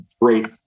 great